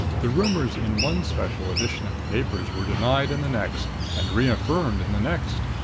the rumors in one special edition of the papers were denied in the next and reaffirmed in the next.